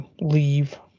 leave